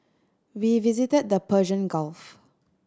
we visited the Persian Gulf